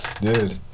Dude